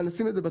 אבל נשים את זה.